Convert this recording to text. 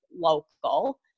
local